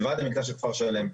מלבד ה מקטע של כפר שלם.